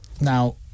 Now